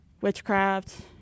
witchcraft